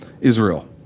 Israel